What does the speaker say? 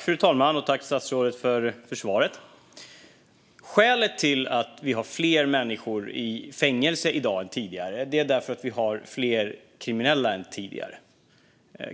Fru talman! Tack, statsrådet, för svaret! Skälet till att vi har fler människor i fängelse i dag än tidigare är att vi har fler kriminella än tidigare.